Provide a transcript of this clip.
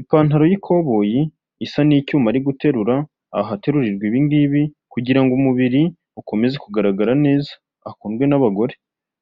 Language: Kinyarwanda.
ipantaro y'ikoboyi isa n'icyuma ari guterura, ahaterurirwa ibingibi kugirango umubiri ukomeze kugaragara neza, akundwe n'abagore.